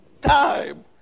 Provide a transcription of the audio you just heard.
time